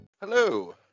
Hello